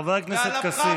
חבר הכנסת כסיף.